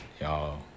y'all